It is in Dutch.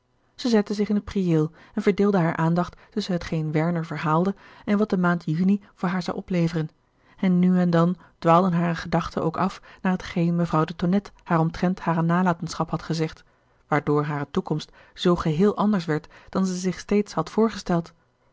zij zette zich in het prieel en verdeelde hare aandacht tusschen hetgeen werner verhaalde en wat de maand juni voor haar zou opleveren en nu en dan dwaalden hare gedachten ook af naar hetgeen mevrouw de tonnette haar omtrent hare nalatenschap had gezegd waardoor hare toekomst zoo geheel anders werd dan zij zich steeds had voorgesteld